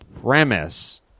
premise